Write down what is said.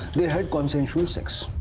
they had consensual sex